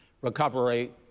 recovery